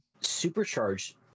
supercharged